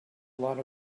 lot